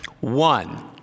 one